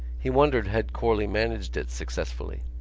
he wondered had corley managed it successfully.